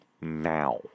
now